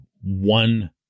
one